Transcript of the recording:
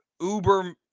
uber-